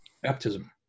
baptism